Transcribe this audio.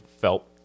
felt